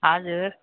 हजुर